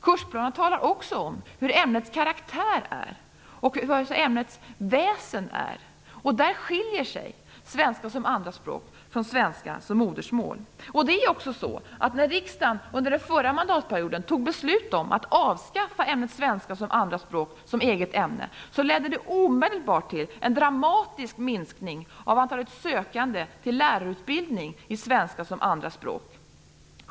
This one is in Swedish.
Kursplanerna talar också om vilken ämnets karaktär är och vilket dess väsen är. Där skiljer sig svenska som andraspråk från svenska som modersmål. När riksdagen under förra mandatperioden fattade beslut om att avskaffa ämnet svenska som andraspråk som eget ämne ledde det omedelbart till en dramatisk minskning av antalet sökande till lärarutbildningen i svenska som andraspråk.